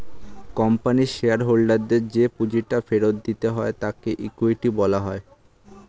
কোম্পানির শেয়ার হোল্ডারদের যে পুঁজিটা ফেরত দিতে হয় তাকে ইকুইটি বলা হয়